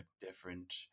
different